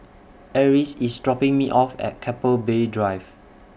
Eris IS dropping Me off At Keppel Bay Drive